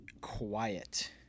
quiet